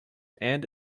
and